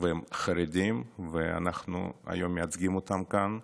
והם חרדים, ואנחנו היום מייצגים אותם כאן,